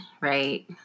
right